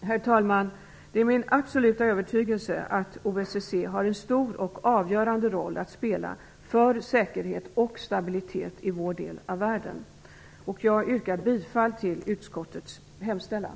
Herr talman! Det är min absoluta övertygelse att OSSE har en stor och avgörande roll att spela för säkerhet och stabilitet i vår del av världen. Jag yrkar bifall till utskottets hemställan.